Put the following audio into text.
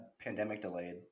pandemic-delayed